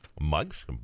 mugs